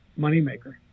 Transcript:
moneymaker